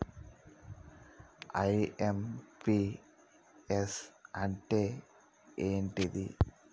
IMPS అంటే ఏంటిది?